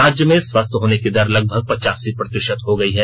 राज्य में स्वस्थ होने की दर लगभग पचासी प्रतिशत हो गयी है